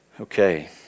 Okay